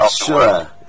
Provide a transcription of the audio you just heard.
sure